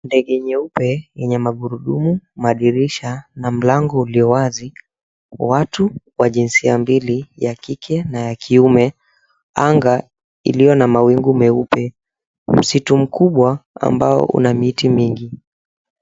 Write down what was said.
Ndege nyeupe yenye magurudumu, madirisha na mlango ulio wazi. Watu wa jinsia mbili, ya kike na ya kiume. Anga iliyo na mawingu meupe. Msitu mkubwa ambao una miti mingi.